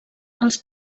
els